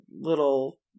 little